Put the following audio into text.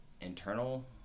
Internal